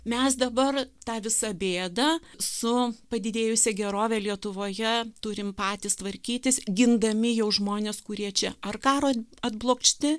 mes dabar tą visą bėdą su padidėjusia gerove lietuvoje turim patys tvarkytis gindami jau žmonės kurie čia ar karo atblokšti